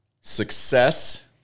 Success